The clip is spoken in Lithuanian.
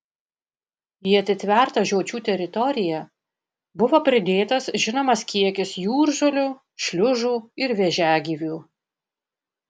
į atitvertą žiočių teritoriją buvo pridėtas žinomas kiekis jūržolių šliužų ir vėžiagyvių